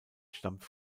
stammt